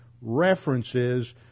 references